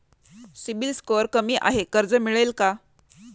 CIBIL score कमी आहे कर्ज मिळेल का?